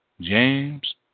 James